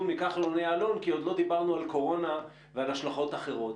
מכחלון-יעלון כי עוד לא דיברנו על קורונה ועל השלכות אחרות.